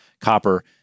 copper